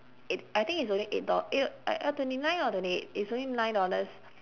eight I think it's only eight do~ eh no ah twenty nine or twenty eight it's only nine dollars